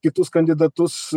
kitus kandidatus